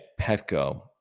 Petco